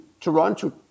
Toronto